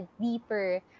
deeper